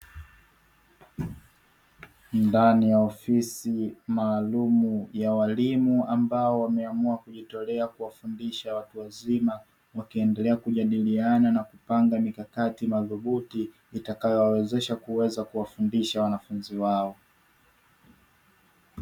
Ndani ya ofisi maalumu ya walimu ambao wamejitolea kuwafundisha watu wazima, wakiendelea kujadiliana na kupanga mikakati madhubuti itakayo wawezesha kuwafundisha wanafunzi wao.